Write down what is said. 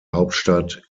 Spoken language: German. hauptstadt